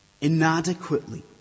inadequately